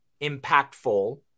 impactful